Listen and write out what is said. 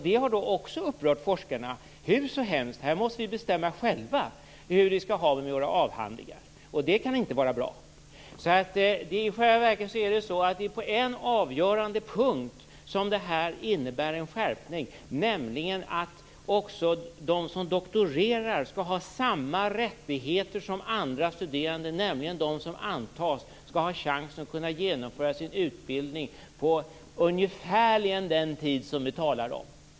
Det har också upprört forskarna: Hu, så hemskt! Här måste vi bestämma själva hur vi skall ha det med våra avhandlingar, och det kan inte vara bra! I själva verket är det på en avgörande punkt som det här innebär en skärpning, nämligen att de som doktorerar skall ha samma rättigheter som andra studerande. De som antas skall ha en chans att kunna genomföra sin utbildning på ungefär den tid som vi talar om.